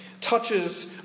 touches